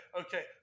okay